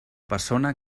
persona